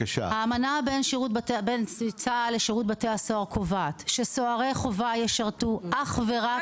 האמנה בין צה"ל לשירות בתי הסוהר קובעת שסוהרי חובה ישרתו אך ורק